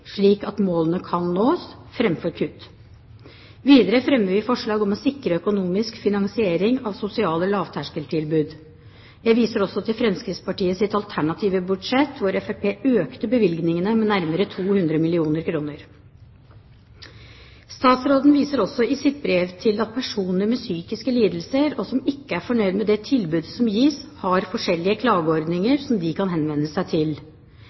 slik at målene kan nås, framfor kutt. Videre fremmer vi forslag om å sikre økonomisk finansiering av sosiale lavterskeltilbud. Jeg viser også til Fremskrittspartiets alternative budsjett, hvor Fremskrittspartiet økte bevilgningene med nærmere 200 mill. kr. Statsråden viser også i sitt brev til at personer med psykiske lidelser som ikke er fornøyd med det tilbudet som gis, har forskjellige klageordninger som de kan benytte. Jeg har lyst til